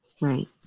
Right